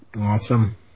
Awesome